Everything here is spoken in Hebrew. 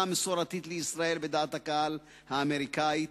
המסורתית לישראל בדעת הקהל האמריקנית.